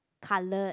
coloured